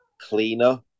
cleaner